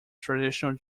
traditional